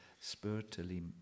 spiritually